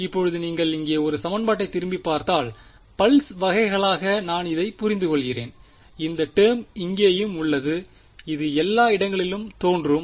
இப்போது நீங்கள் இங்கே இந்த சமன்பாட்டைத் திரும்பிப் பார்த்தால் பல்ஸ வகைகளாக நான் இதைப் புரிந்துகொள்கிறேன் இந்த டேர்ம் இங்கேயும் உள்ளது இது எல்லா இடங்களிலும் தோன்றும்